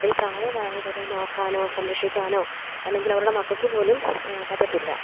അപ്പോൾ ഈ പ്രായമായവരെ നോക്കാനോ സംരക്ഷിക്കാനോ അല്ലെങ്കിൽ അവരുടെ മക്കൾക്ക് പോലും പറ്റത്തില്ല